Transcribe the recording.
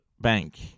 Bank